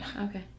okay